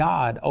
God